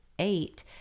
eight